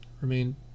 remain